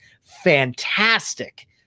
fantastic